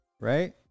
right